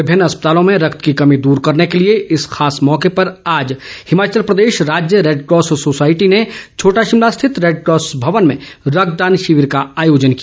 विभिन्न अस्पतालों में रक्त की कमी दूर करने के लिए इस खास मौके पर आज हिमाचल प्रदेश राज्य रैडक्रॉस सोसायटी ने छोटा शिमला स्थित रैडक्रॉस भवन में रक्तदान शिविर का आयोजन किया